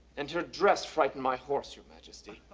and her dress frightened my horse, your majesty.